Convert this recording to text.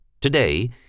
Today